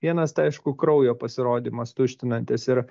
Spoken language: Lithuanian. vienas tai aišku kraujo pasirodymas tuštinantis ir